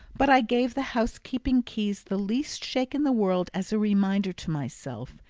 but i gave the housekeeping keys the least shake in the world as a reminder to myself,